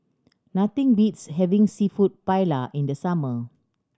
nothing beats having Seafood Paella in the summer